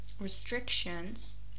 restrictions